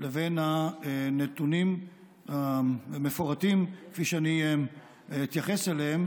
לבין הנתונים המפורטים כפי שאני אתייחס אליהם